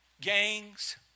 gangs